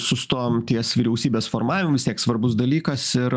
sustojom ties vyriausybės formavimu vis tiek svarbus dalykas ir